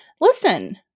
Listen